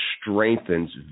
strengthens